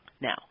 Now